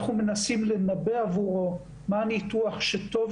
אנחנו מנסים לנבא עבורו מה הניתוח שטוב